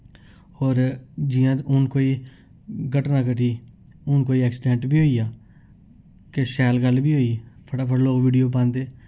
और जि'यां हून कोई घटना घटी हुन कोई ऐक्सीडेंट बी होई गेआ किश शैल गल्ल बी होई फटाफट लोक वीडियो पांदे